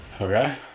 okay